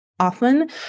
often